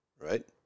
right